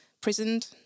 prisoned